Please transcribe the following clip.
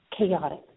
chaotic